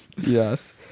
yes